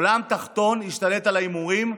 העולם התחתון השתלט על ההימורים,